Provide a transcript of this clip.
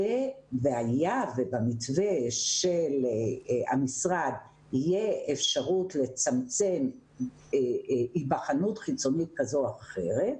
והיה ובמתווה של המשרד יהיה אפשרות לצמצם היבחנות חיצונית כזו או אחרת,